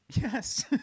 Yes